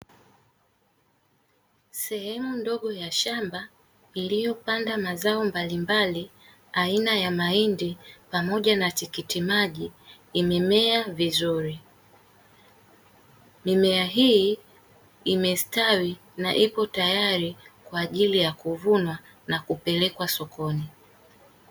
Sehemu ndogo ya shamba iliyo panda mazao mbalimbali, aina ya mahindi pamoja na tikiti maji imemea vizuri. Mimea hii imestawi na ipo tayari kwa ajili ya kuvunwa na kupelekwa sokoni.